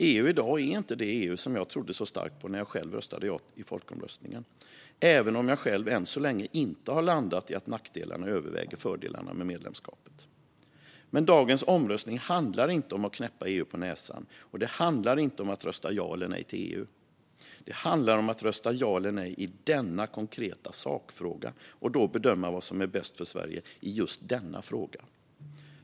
EU i dag är inte det EU jag trodde så starkt på när jag röstade ja i folkomröstningen, även om jag själv än så länge inte har landat i att nackdelarna överväger fördelarna med medlemskapet. Men dagens omröstning handlar inte om att knäppa EU på näsan och inte om att rösta ja eller nej till EU. Det handlar om att rösta ja eller nej i denna konkreta sakfråga och då bedöma vad som är bäst för Sverige i just denna fråga.